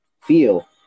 feel